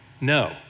no